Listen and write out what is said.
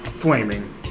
Flaming